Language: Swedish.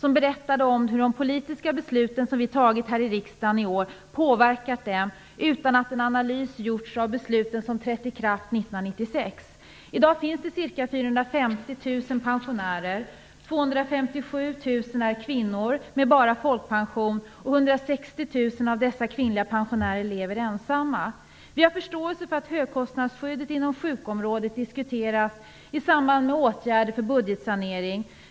De berättade om hur de politiska beslut som vi i år tagit här i riksdagen påverkat dem utan att en analys gjorts av de beslut som trätt i kraft under 1996. I dag finns det ca 450 000 pensionärer. 257 000 av dem är kvinnor med bara folkpension. 160 000 av dessa kvinnliga pensionärer lever ensamma. Vi har förståelse för att högkostnadsskyddet inom sjukområdet diskuteras i samband med åtgärder för budgetsaneringen.